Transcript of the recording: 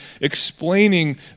explaining